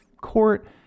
court